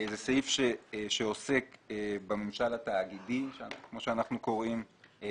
זה סעיף שעוסק בממשל התאגידי כמו שאנחנו קוראים לו,